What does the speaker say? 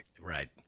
Right